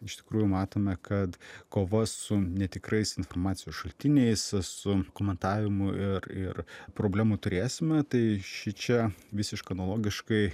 iš tikrųjų matome kad kova su netikrais informacijos šaltiniais su komentavimu ir ir problemų turėsime tai šičia visiškai analogiškai